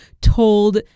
told